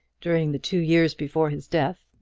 during the two years before his death,